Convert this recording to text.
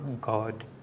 god